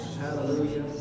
Hallelujah